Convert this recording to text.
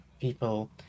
people